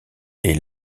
est